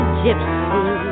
gypsy